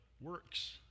works